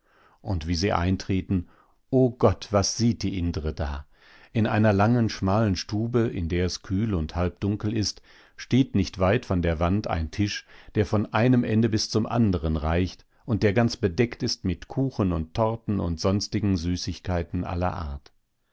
und wie sie eintreten o gott was sieht die indre da in einer langen schmalen stube in der es kühl und halbdunkel ist steht nicht weit von der wand ein tisch der von einem ende bis zum andern reicht und der ganz bedeckt ist mit kuchen und torten und sonstigen süßigkeiten aller art